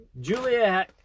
Julia